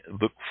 Look